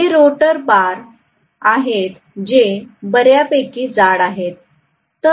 हे rotor bar आहेत जे बऱ्यापैकी जाड आहेत